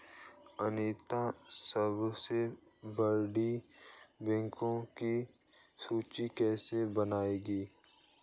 अनीता सबसे बड़े बैंकों की सूची कैसे बनायेगी?